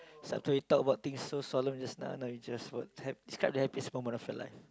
it's up to you talk about things so solemn just now now we just what's happ~ describe the happiest moment of your life